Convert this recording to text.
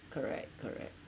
correct correct